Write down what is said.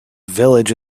village